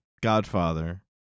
Godfather